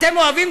אתם אוהבים,